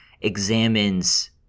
examines